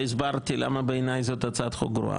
והסברתי למה בעיניי זאת הצעת חוק גרועה.